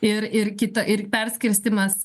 ir ir kita ir perskirstymas